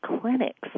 clinics